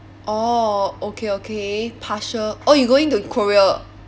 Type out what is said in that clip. orh okay okay partial oh you going to korea